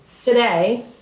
Today